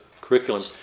curriculum